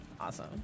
awesome